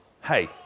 hey